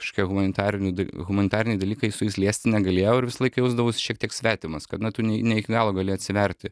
kažkokie humanitarinių da humanitariniai dalykai su jais liesti negalėjau ir visą laiką jausdavausi šiek tiek svetimas kad na tu ne iki galo gali atsiverti